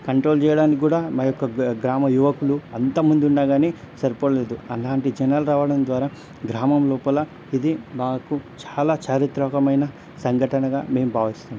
control చేయడానికి కూడా మా యొక్క గ్రా గ్రామ యువకులు అంతమంది ఉన్నాగానీ సరిపోలేదు అలాంటి జనాలు రావడం ద్వారా గ్రామం లోపల ఇది మాకు చాలా చారిత్రకమైన సంఘటనగా మేం భావిస్తున్నాం